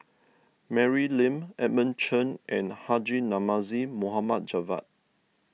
Mary Lim Edmund Chen and Haji Namazie Mohd Javad